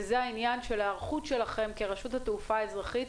וזה העניין של היערכות שלכם כרשות לתעופה אזרחית,